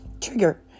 trigger